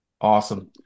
Awesome